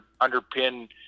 underpin